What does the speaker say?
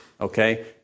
okay